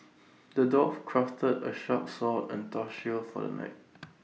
the dwarf crafted A sharp sword and A tough shield for the knight